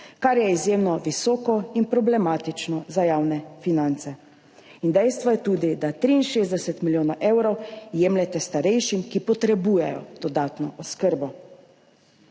kar je izjemno visoko in problematično za javne finance. In dejstvo je tudi, da 63 milijonov evrov jemljete starejšim, ki potrebujejo dodatno oskrbo.